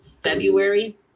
February